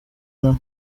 nawe